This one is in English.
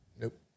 Nope